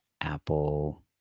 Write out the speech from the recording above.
Apple